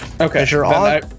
Okay